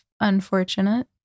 unfortunate